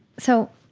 so,